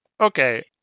okay